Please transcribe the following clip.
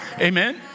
Amen